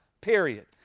period